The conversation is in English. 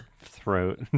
throat